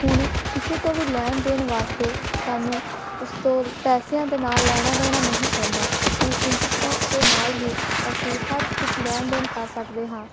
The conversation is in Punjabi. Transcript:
ਹੁਣ ਕਿਸੇ ਤੋਂ ਵੀ ਲੈਣ ਦੇਣ ਵਾਸਤੇ ਸਾਨੂੰ ਉਸ ਤੋਂ ਪੈਸਿਆਂ ਦੇ ਨਾਲ ਲੈਣਾ ਦੇਣਾ ਨਹੀਂ ਪੈਂਦਾ ਹੁਣ ਇੰਟਰਨੈੱਟ ਦੇ ਨਾਲ ਹੀ ਅਸੀਂ ਹਰ ਕੁਛ ਲੈਣ ਦੇਣ ਕਰ ਸਕਦੇ ਹਾਂ